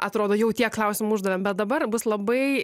atrodo jau tiek klausimų uždavėm bet dabar bus labai